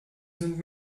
sind